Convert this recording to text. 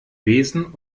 besen